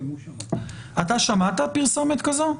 אתה שמעת פרסומת כזו ברדיו?